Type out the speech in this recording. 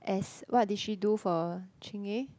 as what did she do for Chingay